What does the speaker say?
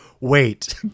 wait